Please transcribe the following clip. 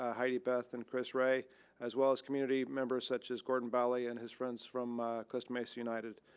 ah heidi beth, and chris ray as well as community members such as gordon bali and his friends from costa mesa united.